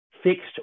Fixed